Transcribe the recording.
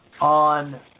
on